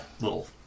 little